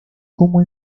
como